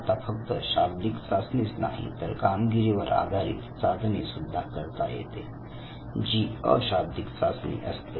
आता फक्त शाब्दिक चाचणीच नाही तर कामगिरीवर आधारित चाचणी सुद्धा करता येते जी अ शाब्दिक चाचणी असते